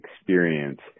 experience